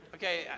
Okay